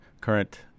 current